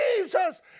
Jesus